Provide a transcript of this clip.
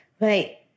Right